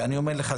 ואני אומר לך,